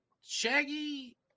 Shaggy